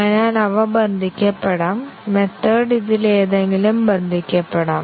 അതിനാൽ അവ ബന്ധിക്കപ്പെടാം മെത്തേഡ് ഇതിലേതെങ്കിലും ബന്ധിക്കപ്പെടാം